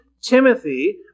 Timothy